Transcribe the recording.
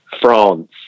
France